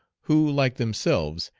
who, like themselves,